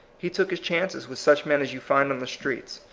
he took his chances with such men as you find on the streets,